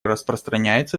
распространяется